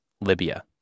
Libya